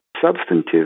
substantive